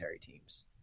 teams